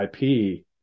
IP